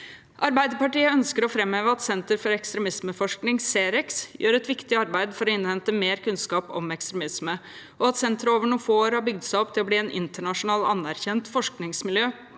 Arbeiderpartiet ønsker å framheve at Senter for ekstremismeforskning, C-REX, gjør et viktig arbeid for å innhente mer kunnskap om ekstremisme, og at senteret over noen få år har bygd seg opp til å bli et internasjonal anerkjent forskningsmiljø